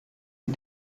die